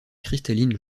cristalline